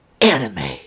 Anime